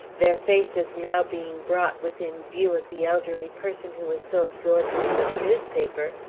their faces now being brought within view of the elderly person who was so absorbed in his newspaper,